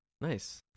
Nice